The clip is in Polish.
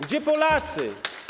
Gdzie Polacy?